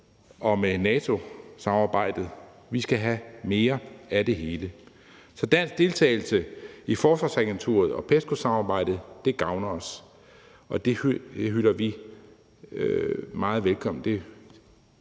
og med NATO-samarbejdet – vi skal have mere af det hele. Så dansk deltagelse i Forsvarsagenturet og PESCO-samarbejdet gavner os, og det ser vi meget frem